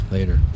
Later